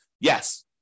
Yes